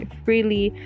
freely